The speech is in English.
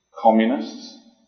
Communists